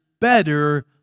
Better